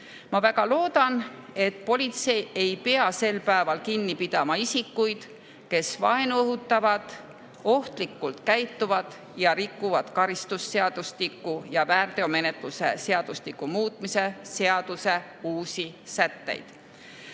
Ma väga loodan, et politsei ei pea sel päeval kinni pidama isikuid, kes vaenu õhutavad, ohtlikult käituvad ja rikuvad karistusseadustiku ja väärteomenetluse seadustiku muutmise seaduse uusi sätteid,